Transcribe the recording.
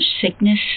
sickness